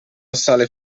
assale